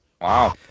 wow